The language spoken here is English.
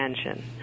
attention